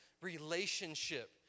relationship